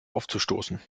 aufzustoßen